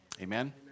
Amen